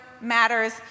matters